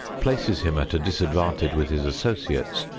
places him at a disadvantage with his associates,